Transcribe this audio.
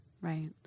right